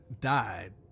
died